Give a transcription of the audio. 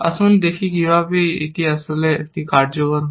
আসুন দেখি কিভাবে এটি আসলে এটি কার্যকর করে